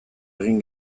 egin